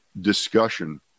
discussion